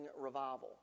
revival